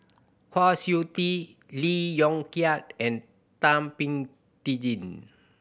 Kwa Siew Tee Lee Yong Kiat and Thum Ping Tjin